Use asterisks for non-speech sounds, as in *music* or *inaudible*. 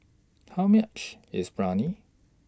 How much IS *unintelligible*